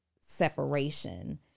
separation